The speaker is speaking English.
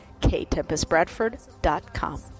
ktempestbradford.com